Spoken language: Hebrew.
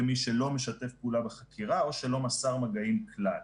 מי שלא משתף פעולה בחקירה או שלא מסר מגעים כלל.